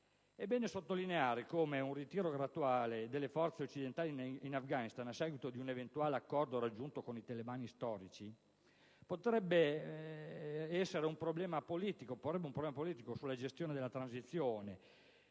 È bene sottolineare come un ritiro graduale delle forze occidentali in Afghanistan a seguito di un eventuale accordo raggiunto con i talebani storici porrebbe un problema politico sulla gestione della transizione;